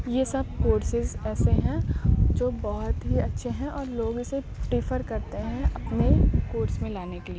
یہ سب کورسز ایسے ہیں جو بہت ہی اچھے ہیں اور لوگ اسے پریفر کرتے ہیں اپنے کورس میں لانے کے لیے